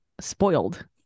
spoiled